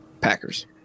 Packers